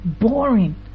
boring